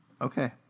Okay